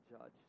judge